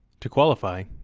to qualify,